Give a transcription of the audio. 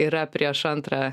yra prieš antrą